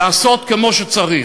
להיעשות כפי שצריך?